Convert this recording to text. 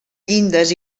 llindes